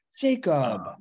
Jacob